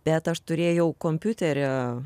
bet aš turėjau kompiutery